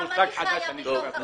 זה מושג חדש שאני שומע אותו.